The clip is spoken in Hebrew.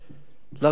לנושא הזה,